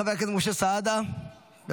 חבר הכנסת משה סעדה, בבקשה.